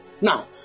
Now